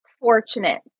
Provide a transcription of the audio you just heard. fortunate